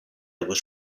was